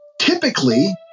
Typically